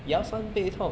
right